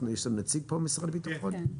יש לנו נציג פה ממשרד הביטחון?